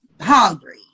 hungry